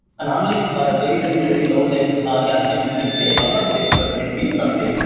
an unlit or a very, very, very low lit gas station feels safe. if i'm not a crazy person. it feels unsafe.